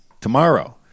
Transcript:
tomorrow